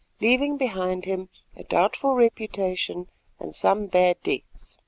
leaving behind him a doubtful reputation and some bad debts.